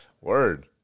Word